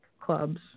clubs